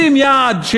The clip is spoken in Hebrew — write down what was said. לשים יעד,